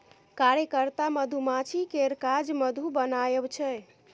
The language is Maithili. कार्यकर्ता मधुमाछी केर काज मधु बनाएब छै